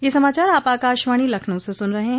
ब्रे क यह समाचार आप आकाशवाणी लखनऊ से सुन रहे हैं